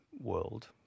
world